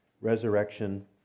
resurrection